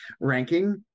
ranking